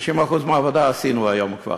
60% מהעבודה כבר עשינו קודם היום,